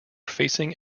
facing